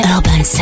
Urban